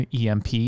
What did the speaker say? EMP